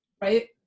right